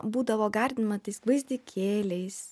būdavo gardinama tais gvazdikėliais